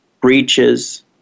breaches